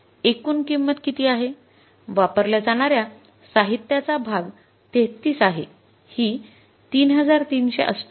तर एकूण किंमत किती आहे वापरल्या जाणाऱ्या साहित्याचा भाग ३३ आहे ही ३३७८